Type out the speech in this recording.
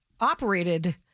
operated